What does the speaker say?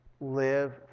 Live